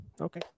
okay